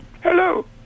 Hello